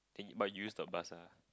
but you use the bus lah